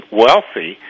wealthy